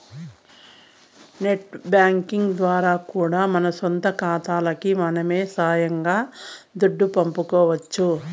net banking ద్వారా కూడా మన సొంత కాతాలకి మనమే సొయంగా దుడ్డు పంపుకోవచ్చు